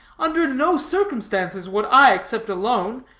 under no circumstances would i accept a loan,